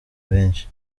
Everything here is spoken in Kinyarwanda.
benshi